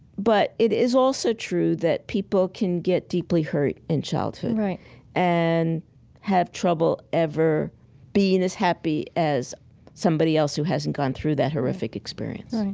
but it is also true that people can get deeply hurt in childhood right and have trouble ever being as happy as somebody else who hasn't been through that horrific experience right.